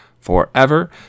forever